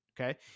Okay